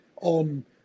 on